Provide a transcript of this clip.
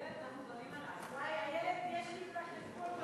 וואו, תעלי, יש לי אתך חשבון,